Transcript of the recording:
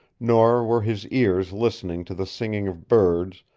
nor were his ears listening to the singing of birds,